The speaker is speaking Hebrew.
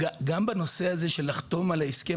גם בנושא הזה של לחתום על ההסכם,